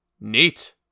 neat